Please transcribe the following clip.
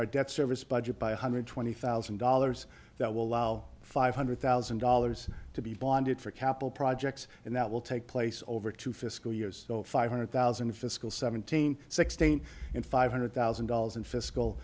our debt service budget by one hundred twenty thousand dollars that will allow five hundred thousand dollars to be bonded for capital projects and that will take place over two fiscal years five hundred thousand fiscal seventeen sixteen and five hundred thousand dollars in fiscal